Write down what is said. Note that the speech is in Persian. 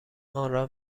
آنرا